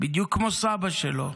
בדיוק כמו סבא שלו,